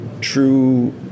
true